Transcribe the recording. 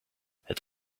het